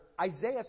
Isaiah